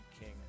King